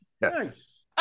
Nice